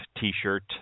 t-shirt